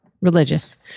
Religious